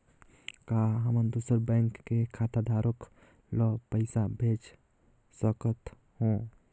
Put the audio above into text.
का हमन दूसर बैंक के खाताधरक ल पइसा भेज सकथ हों?